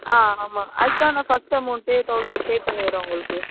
ஆ ஆமாம் அதுக்குதான் நான் ஃபஸ்ட் அமௌண்ட்டே தௌசண்ட் பே பண்ணிடுறேன் உங்களுக்கு